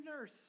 nurse